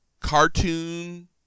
cartoon